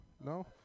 No